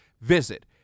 visit